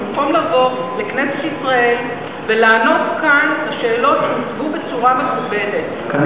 ובמקום לבוא לכנסת ישראל ולענות כאן על שאלות שהוצגו בצורה מכובדת,